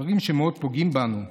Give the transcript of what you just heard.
דברים שמאוד פוגעים בנו,